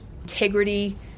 integrity